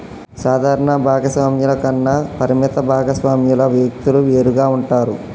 సాధారణ భాగస్వామ్యాల కన్నా పరిమిత భాగస్వామ్యాల వ్యక్తులు వేరుగా ఉంటారు